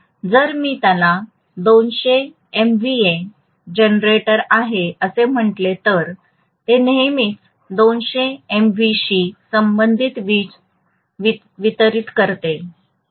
जर मी त्याला 200 एमव्हीए जनरेटर आहे असे म्हटले तर ते नेहमीच 200 एमव्हीएशी संबंधित वीज वितरीत करते